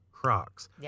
Crocs